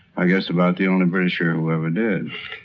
i guess about the only britisher who ever did.